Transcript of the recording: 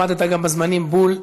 עמדת גם בזמנים בול.